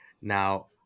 Now